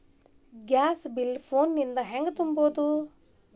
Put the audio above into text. Gas bill phone ದಿಂದ ಹ್ಯಾಂಗ ತುಂಬುವುದು?